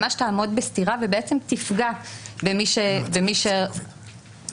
ממש תעמוד בסתירה ובעצם תפגע במי שנגזרו